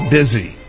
busy